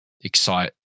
excite